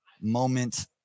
moment